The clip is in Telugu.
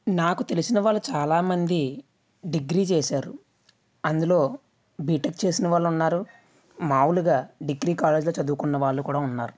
నాకు తెలిసిన వాళ్ళు చాలామంది డిగ్రీ చేశారు అందులో బీటెక్ చేసిన వాళ్ళున్నారు మామూలుగా డిగ్రీ కాలేజ్లో చదువుకున్న వాళ్ళు కూడా ఉన్నారు